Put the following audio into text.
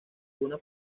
una